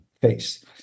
face